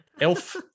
elf